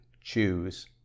choose